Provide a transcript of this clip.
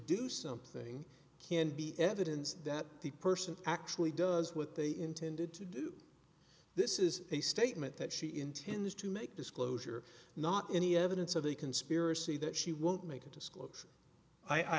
do something can be evidence that the person actually does what they intended to do this is a statement that she intends to make disclosure not any evidence of a conspiracy that she won't make it to school i